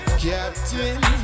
captain